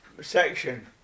section